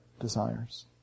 desires